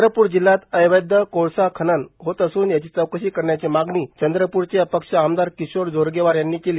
चंद्रपूर जिल्हयात अवैध कोळसा खनन होतं असून याची चौकशी करण्याची मागणी चंद्रप्रचे अपक्ष आमदार किशोर जोरगेवार यांनी केली